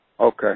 Okay